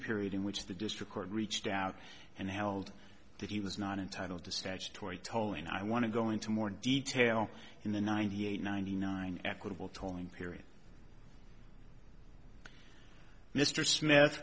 period in which the district court reached out and held that he was not entitled to statutory tolling i want to go into more detail in the ninety eight ninety nine equitable tolling period mr smith